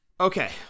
Okay